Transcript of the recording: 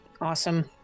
Awesome